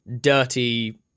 dirty